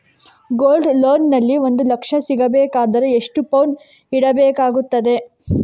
Gold loan ನಲ್ಲಿ ಒಂದು ಲಕ್ಷ ಸಿಗಬೇಕಾದರೆ ಎಷ್ಟು ಪೌನು ಇಡಬೇಕಾಗುತ್ತದೆ?